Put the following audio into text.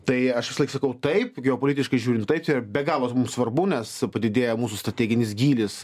tai aš visąlaik sakau taip geopolitiškai žiūrint tai čia be galo svarbu nes padidėja mūsų strateginis gylis